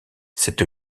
cette